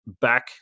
back